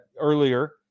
earlier